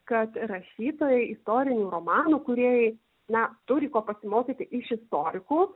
kad rašytojai istorinių romanų kūrėjai na turi ko pasimokyti iš istorikų